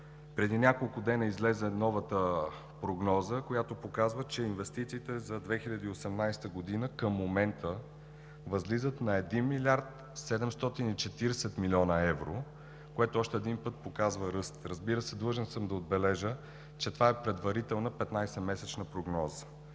Преди няколко дни излезе новата прогноза, която показва, че инвестициите за 2018 г. към момента възлизат на 1 млрд. 740 млн. евро, което още един път показва ръст. Разбира се, длъжен съм да отбележа, че това е предварителна 15-месечна прогноза.